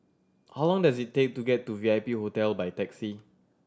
how long does it take to get to V I P Hotel by taxi